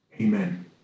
Amen